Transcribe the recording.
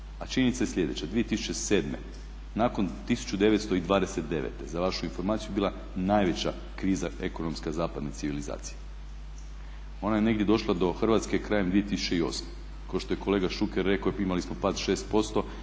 A činjenica je sljedeća, 2007. nakon 1929. za vašu informaciju je bila najveća kriza ekonomska zapadne civilizacije. Ona je negdje došla do Hrvatske krajem 2008. Kao što je kolega Šuker rekao imali smo pad 6%,